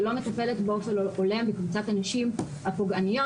ולא מטפלת באופן הולם בקבוצת הנשים הפוגעניות.